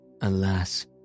Alas